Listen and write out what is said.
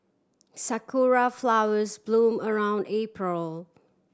sakura flowers bloom around April